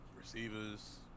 receivers